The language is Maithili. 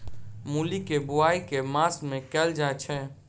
मूली केँ बोआई केँ मास मे कैल जाएँ छैय?